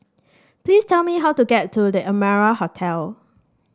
please tell me how to get to The Amara Hotel